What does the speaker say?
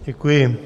Děkuji.